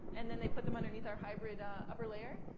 and then they put them underneath our hybrid ah upper layer.